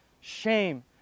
shame